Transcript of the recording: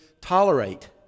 tolerate